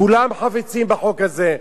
כולם חפצים בחוק הזה.